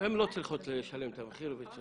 הן לא צריכות לשלם את המחיר.